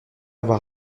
avoir